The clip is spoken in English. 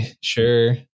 Sure